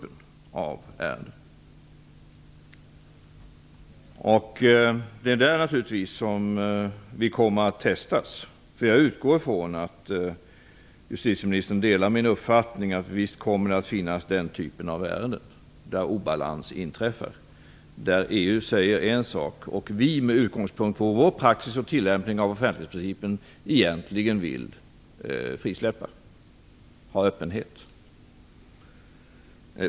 Det är där, naturligtvis, som vi kommer att testas, för jag utgår ifrån att justitieministern delar min uppfattning att visst kommer det att finnas den typen av ärenden, där obalans inträffar, där EU säger en sak och vi, med utgångspunkt i vår praxis och tillämpning av offentlighetsprincipen, egentligen vill frisläppa, ha öppenhet.